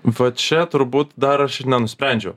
va čia turbūt dar aš ir nenusprendžiau